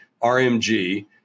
RMG